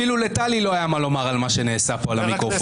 אפילו לטלי לא היה מה לומר על מה שנעשה פה על המיקרופונים,